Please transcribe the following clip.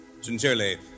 Sincerely